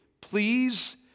Please